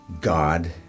God